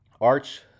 Arch